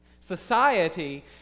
Society